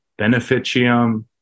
beneficium